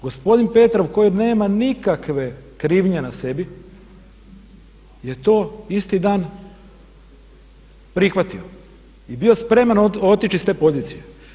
Gospodin Petrov koji nema nikakve krivnje na sebi je to isti dan prihvatio i bio spreman otići iz te pozicije.